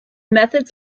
methods